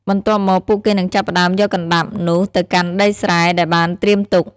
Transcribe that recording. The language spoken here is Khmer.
បន្ទាប់មក ពួកគេនឹងចាប់ផ្តើមយកកណ្តាប់នោះទៅកាន់ដីស្រែដែលបានត្រៀមទុក។